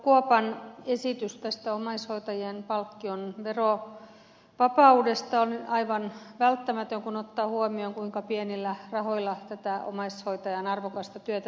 kuopan esitys omaishoitajien palkkion verovapaudesta on aivan välttämätön kun ottaa huomioon kuinka pienillä rahoilla tätä omais hoitajan arvokasta työtä tehdään